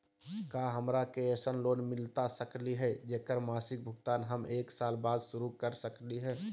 का हमरा के ऐसन लोन मिलता सकली है, जेकर मासिक भुगतान हम एक साल बाद शुरू कर सकली हई?